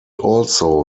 also